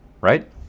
right